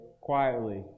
quietly